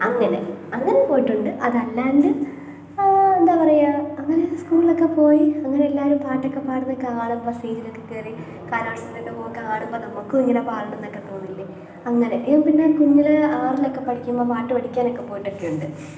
അങ്ങനെ അങ്ങനെ പോയിട്ടുണ്ട് അതല്ലാണ്ട് എന്താ പറയുക അങ്ങനെ സ്കൂളിലൊക്കെ പോയി അങ്ങനെ എല്ലാവരും പാട്ടൊക്കെ പാടുന്ന കാണുമ്പോൾ സ്റ്റേജിലൊക്കെ കയറി കലോത്സവത്തിനൊക്കെ കാണുമ്പോൾ നമുക്കിങ്ങനെ പാടണമെന്നൊക്കെ തോന്നില്ലെ അങ്ങനെ പിന്നെ കുഞ്ഞിൽ ആറിലൊക്കെ പഠിക്കുമ്പോൾ പാട്ടു പഠിക്കാനൊക്കെ പോയിട്ടൊക്കെ ഉണ്ട്